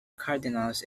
cardinals